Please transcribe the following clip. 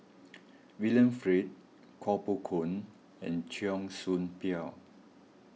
William Flint Koh Poh Koon and Cheong Soo Pieng